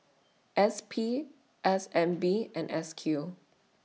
S P S N B and S Q